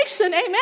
Amen